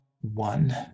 one